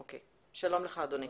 שלום לך אדוני.